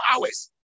hours